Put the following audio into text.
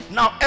now